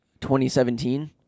2017